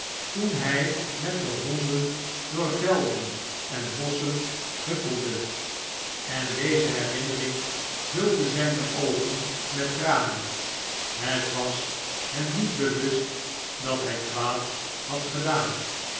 toen hij met de honden door velden en bosschenhuppelde en deze herinnering vulde zijne oogen met tranen het was hem met bewust dat hij kwaad had gedaan